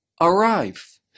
arrive